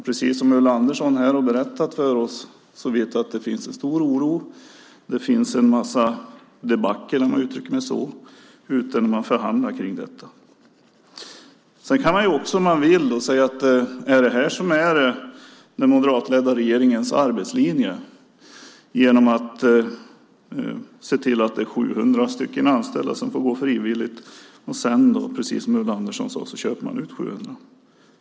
Precis som Ulla Andersson här har berättat för oss finns det en stor oro, och det är ett stort debacle, om jag uttrycker mig så, när man förhandlar kring detta. Om man vill kan man fråga sig: Är det detta som är den moderatledda regeringens arbetslinje? Man ser till att 700 anställda får gå frivilligt och, som Ulla Andersson sade, köper sedan ut 700.